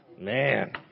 Man